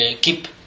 keep